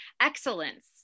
excellence